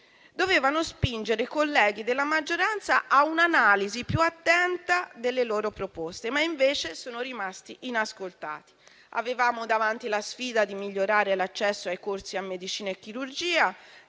dovevano spingere colleghi della maggioranza a un'analisi più attenta delle loro proposte, ma invece sono rimasti inascoltati. Avevamo davanti la sfida di migliorare l'accesso ai corsi a medicina e chirurgia,